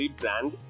brand